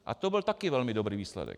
A to byl také velmi dobrý výsledek.